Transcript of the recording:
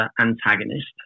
antagonist